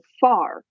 far